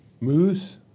moose